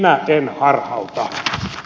herra puhemies